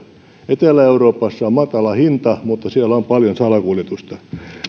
etelä euroopassa on matala hinta mutta siellä on paljon salakuljetusta